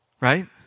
Right